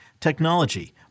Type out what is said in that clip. technology